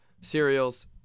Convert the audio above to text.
cereals